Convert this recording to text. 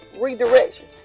redirection